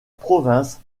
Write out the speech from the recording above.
province